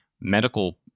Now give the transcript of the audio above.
medical